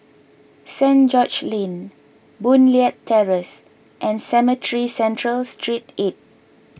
Street George's Lane Boon Leat Terrace and Cemetry Central Street eight